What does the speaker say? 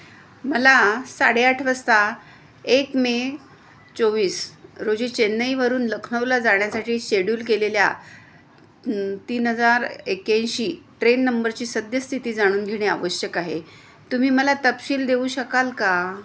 मला साडेआठ वाजता एक मे चोवीस रोजी चेन्नईवरून लखनऊला जाण्या साठी शेड्यूल केलेल्या तीन हजार एक्याऐंशी ट्रेन नंबरची सद्यस्थिती जाणून घेणे आवश्यक आहे तुम्ही मला तपशील देऊ शकाल का